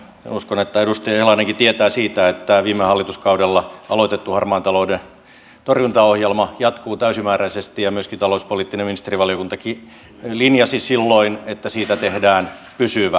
uskon että edustaja ihalainenkin tietää siitä että viime hallituskaudella aloitettu harmaan talouden torjuntaohjelma jatkuu täysimääräisesti ja myöskin talouspoliittinen ministerivaliokunta linjasi silloin että siitä tehdään pysyvä